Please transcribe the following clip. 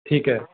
ਠੀਕ ਹੈ